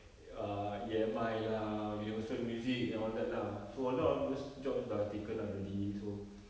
err E_M_I lah universal music and all that lah so a lot of those jobs are take up already so